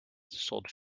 sold